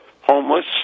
homeless